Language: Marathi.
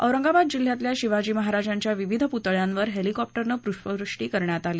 औरंगाबाद जिल्ह्यातल्या शिवाजी महाराजांच्या विविध पुतळ्यांवर हेलिक्सिटरनं पुष्पवृष्टी करण्यात आली